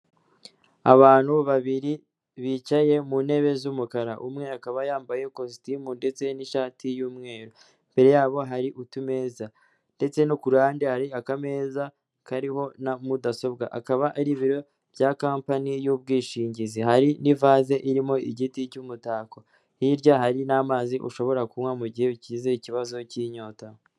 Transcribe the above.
Abantu babiri, bicaye mu ntebe z'umukara, umwe akaba yambaye ikositimu ndetse n'ishati y'umweru, imbere yabo hari utumeza ndetse no ku ruhande hari akameza kariho na mudasobwa akaba ari biro bya kampani y'ubwishingizi, hari n'ivaze irimo igiti cy'umutako, hirya hari n'amazi ushobora kunywa mu gihe ugize ikibazo cy'inyota.